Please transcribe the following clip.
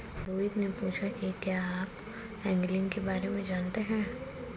रोहित ने पूछा कि क्या आप एंगलिंग के बारे में जानते हैं?